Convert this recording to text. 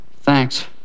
Thanks